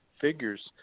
figures